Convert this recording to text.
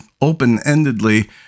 open-endedly